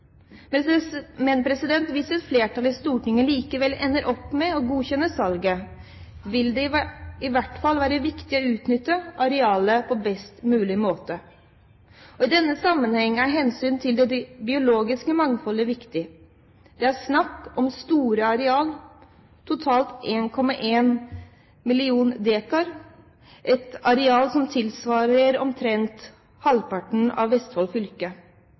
Hvis et flertall i Stortinget likevel ender opp med å godkjenne salget, vil det i hvert fall være viktig å utnytte arealet på best mulig måte. I denne sammenheng er hensynet til det biologiske mangfoldet viktig. Det er snakk om store arealer, totalt 1,1 million dekar. Det er et areal som tilsvarer omtrent halvparten av Vestfold